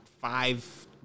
five